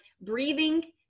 breathing